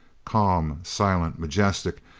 calm, silent, majestic,